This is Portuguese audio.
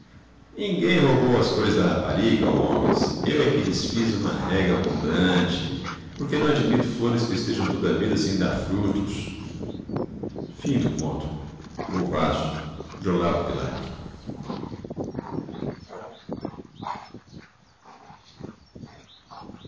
ninguém roubou as flores da rapariga ó homens eu é que lhes fiz uma rega abundante por que não admito flores que estejam toda a vida sem dar frutos o